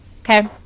Okay